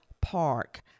Park